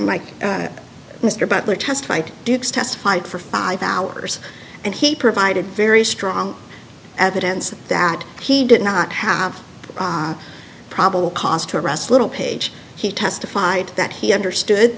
mike mr butler testified testified for five hours and he provided very strong evidence that he did not have probable cause to arrest littlepage he testified that he understood